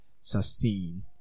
sustain